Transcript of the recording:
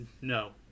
no